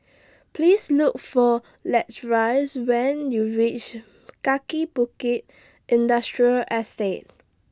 Please Look For Latrice when YOU REACH Kaki Bukit Industrial Estate